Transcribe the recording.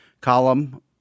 column